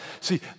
See